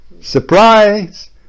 Surprise